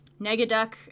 Negaduck